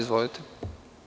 Izvolite.